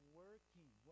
working